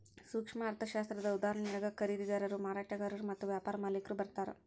ಸೂಕ್ಷ್ಮ ಅರ್ಥಶಾಸ್ತ್ರದ ಉದಾಹರಣೆಯೊಳಗ ಖರೇದಿದಾರರು ಮಾರಾಟಗಾರರು ಮತ್ತ ವ್ಯಾಪಾರ ಮಾಲಿಕ್ರು ಬರ್ತಾರಾ